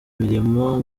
mirimo